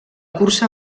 cursa